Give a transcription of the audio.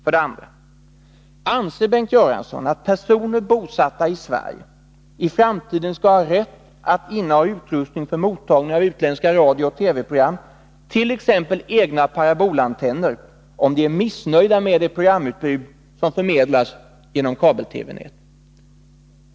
För det andra: Anser Bengt Göransson att personer bosatta i Sverige i framtiden skall ha rätt att inneha utrustning för mottagning av utländska radiooch TV-program, t.ex. egna parabolantenner, om de är missnöjda med de programutbud som förmedlas genom kabel-TV-nät?